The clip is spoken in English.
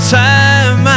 time